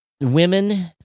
Women